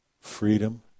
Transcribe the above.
Freedom